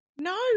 No